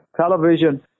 television